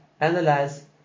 analyze